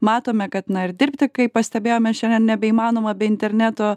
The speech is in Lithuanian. matome kad na ir dirbti kaip pastebėjome šiandien nebeįmanoma be interneto